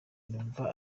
numva